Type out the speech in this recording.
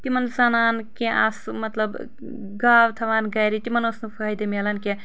تمن زنانہٕ کینٛہہ آسہٕ مطلب گاو تھاوان گرِ تمن اوس نہٕ فٲہدٕ مِلان کینٛہہ